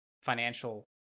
financial